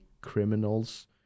criminals